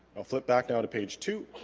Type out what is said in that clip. i'll flip back now to page two